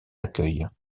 accueille